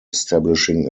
establishing